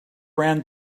ran